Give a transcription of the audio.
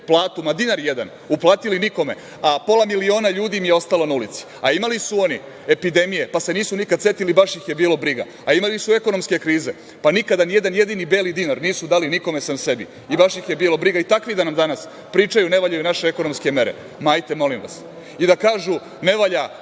platu, ma dinar jedan, uplatili nikome, a pola miliona ljudi im je ostalo na ulici. Imali su oni epidemije, pa se nisu nikad setili, baš ih je bilo briga. Imali su i ekonomske krize, pa nikada nijedan jedini beli dinar nisu dali nikome, sem sebi, i baš ih je bilo briga. I takvi da nam danas pričaju – ne valjaju naše ekonomske mere. Ma, hajte, molim vas. I da kažu – ne valja